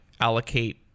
allocate